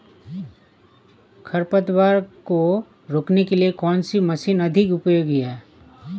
खरपतवार को रोकने के लिए कौन सी मशीन अधिक उपयोगी है?